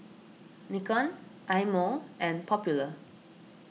Nikon Eye Mo and Popular